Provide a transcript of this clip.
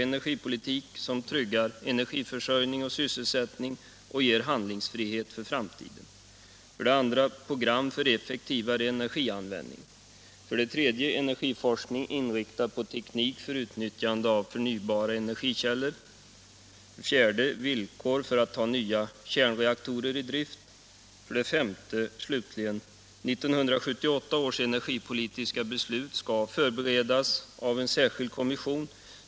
Energipolitik som tryggar energiförsörjning och sysselsättning och ger handlingsfrihet för framtiden. 5. 1978 års energipolitiska beslut skall förberedas av en särskild kommission.